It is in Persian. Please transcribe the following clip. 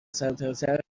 سرتاسر